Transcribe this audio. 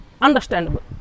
understandable